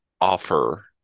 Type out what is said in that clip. offer